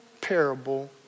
parable